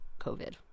COVID